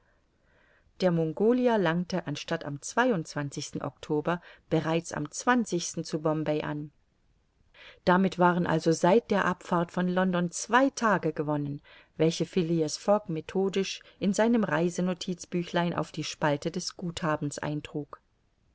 der mongolia langte anstatt am oktober bereits am zu bombay an damit waren also seit der abfahrt von london zwei tage gewonnen welche phileas fogg methodisch in seinem reisenotizbüchlein auf die spalte des guthabens eintrug